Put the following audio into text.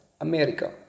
America